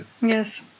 Yes